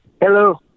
Hello